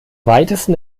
weitesten